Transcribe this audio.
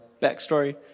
backstory